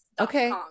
okay